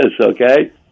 okay